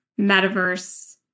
metaverse